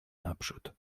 naprzód